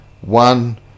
One